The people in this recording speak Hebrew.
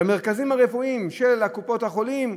במרכזים הרפואיים של קופות-החולים,